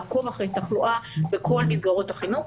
לעקוב אחרי תחלואה בכל מסגרות החינוך.